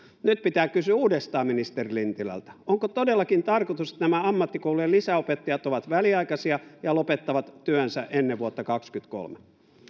nyt pitää kysyä uudestaan ministeri lintilältä onko todellakin tarkoitus että nämä ammattikoulujen lisäopettajat ovat väliaikaisia ja lopettavat työnsä ennen vuotta kaksikymmentäkolme